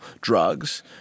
drugs